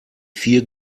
vier